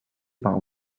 par